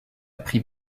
pris